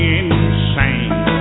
insane